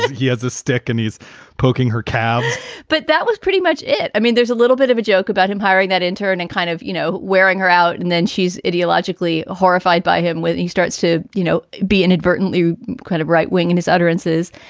he has a stick and he's poking her calves but that was pretty much it. i mean, there's a little bit of a joke about him hiring that intern and kind of, you know, wearing her out. and then she's ideologically horrified by him and he starts to, you know, be inadvertently kind of right wing in his utterances.